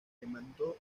demandó